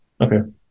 Okay